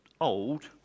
old